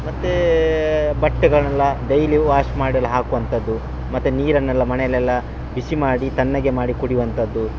ಮತ್ತು ಬಟ್ಟೆಗಳನ್ನೆಲ್ಲ daily wash ಮಾಡಲು ಹಾಕುವಂಥದ್ದು ಮತ್ತು ನೀರನ್ನೆಲ್ಲ ಮನೆಲೆಲ್ಲ ಬಿಸಿ ಮಾಡಿ ತಣ್ಣಗೆ ಮಾಡಿ ಕುಡಿವಂಥದ್ದು